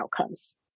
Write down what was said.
outcomes